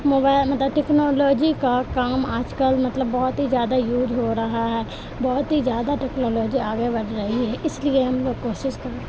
mobile مطلب technology کا کام آج کل مطلب بہت ہی زیادہ یوج ہو رہا ہے بہت ہی زیادہ ٹیکنالوجی آگے بڑھ رہی ہے اس لیے ہم لوگ کوشش کرتے